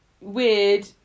weird